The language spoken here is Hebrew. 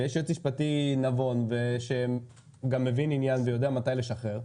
ויש יועץ משפטי נבון שגם מבין עניין ויודע מתי לשחרר.